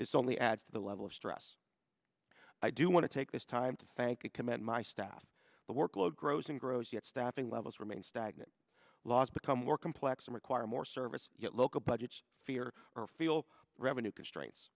it's only adds to the level of stress i do want to take this time to thank you commit my staff the workload grows and grows yet staffing levels remain stagnant laws become more complex and require more service yet local budgets fear or feel revenue constraints